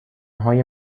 های